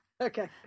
Okay